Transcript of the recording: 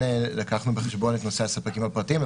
לקחנו בחשבון את נושא הספקים הפרטיים.